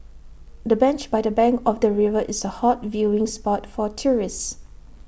the bench by the bank of the river is A hot viewing spot for tourists